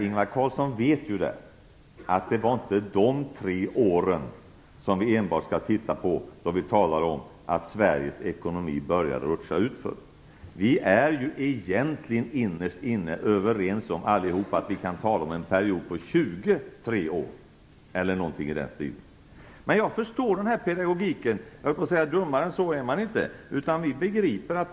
Ingvar Carlsson vet ju att vi inte enbart skall titta på de tre åren när vi diskuterar när Sveriges ekonomi började rutscha utför. Vi är ju innerst inne alla överens om att vi snarare kan tala om en period på 23 år eller liknande. Men jag förstår den här pedagogiken. Dummare än så är man inte, höll jag på att säga.